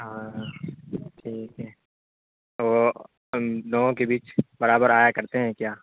ہاں ٹھیک ہے تو لوگوں کے بیچ برابر آیا کرتے ہیں کیا